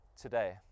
today